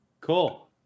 cool